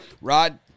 Rod